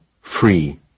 Free